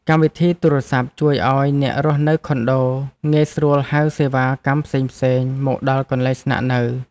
កម្មវិធីទូរសព្ទជួយឱ្យអ្នករស់នៅខុនដូ ងាយស្រួលហៅសេវាកម្មផ្សេងៗមកដល់កន្លែងស្នាក់នៅ។